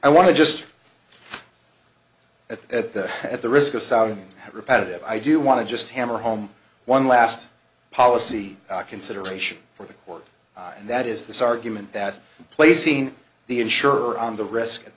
i want to just at the at the risk of sounding repetitive i do want to just hammer home one last policy consideration for the court and that is this argument that placing the insurer on the risk at